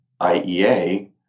IEA